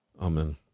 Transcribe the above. Amen